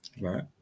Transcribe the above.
Right